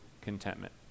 contentment